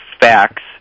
facts